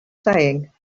saying